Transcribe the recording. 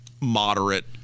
moderate